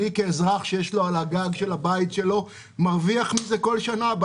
כאזרח שיש לו פנלים סולריים על גג הבית אני מרוויח מזה בכל שנה.